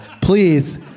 please